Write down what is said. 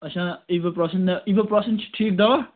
اچھا ایٖگَو پراسنگ ایٖگوپراسنگ چھُ ٹھیٖک دوا